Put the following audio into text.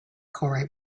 corey